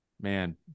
Man